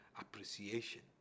appreciation